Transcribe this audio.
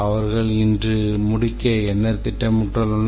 அவர்கள் இன்று முடிக்க என்ன திட்டமிட்டுள்ளனர்